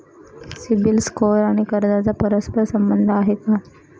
CIBIL score आणि कर्जाचा परस्पर संबंध आहे का?